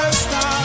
stop